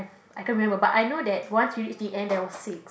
ppb I couldn't remember but I know that once you reached the end there was six